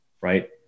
right